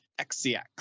XCX